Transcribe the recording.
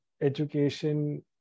education